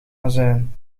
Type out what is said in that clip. azijn